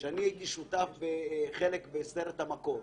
שאני הייתי שותף בסרט המקור